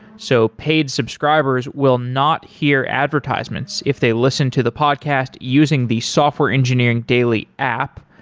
so paid subscribers will not hear advertisements if they listen to the podcast using the software engineering daily app